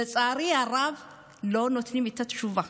אבל לצערי הרב לא נותנים תשובה.